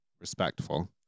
respectful